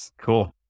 cool